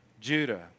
Judah